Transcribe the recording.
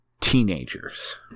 teenagers